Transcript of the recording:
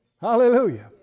Hallelujah